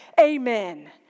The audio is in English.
amen